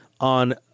on